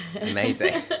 amazing